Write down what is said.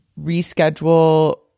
reschedule